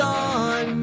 on